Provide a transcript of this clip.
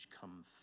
come